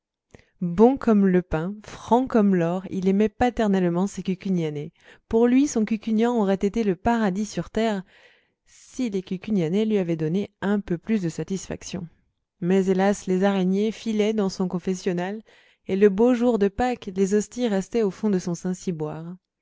bon comme le pain franc comme l'or il aimait paternellement ses cucugnanais pour lui son cucugnan aurait été le paradis sur terre si les cucugnanais lui avaient donné un peu plus de satisfaction mais hélas les araignées filaient dans son confessionnal et le beau jour de pâques les hosties restaient au fond de son saint ciboire